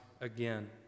again